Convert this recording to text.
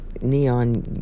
neon